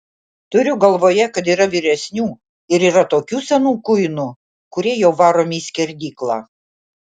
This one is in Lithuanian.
turiu galvoje kad yra vyresnių ir yra tokių senų kuinų kurie jau varomi į skerdyklą